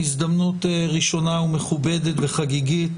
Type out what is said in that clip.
הזדמנות ראשונה ומכובדת וחגיגית